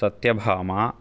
Satyabhama